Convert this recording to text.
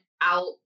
out